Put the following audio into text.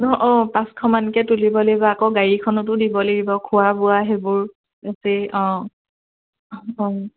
নহয় অঁ পাঁচশমানকে তুলিব লাগিব আকৌ গাড়ীখনতো দিব লাগিব খোৱা বোৱা সেইবোৰ আছেই অঁ অঁ